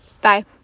Bye